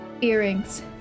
earrings